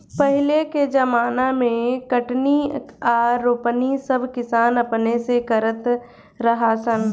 पहिले के ज़माना मे कटनी आ रोपनी सब किसान अपने से करत रहा सन